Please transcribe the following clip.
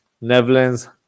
Netherlands